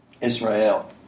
Israel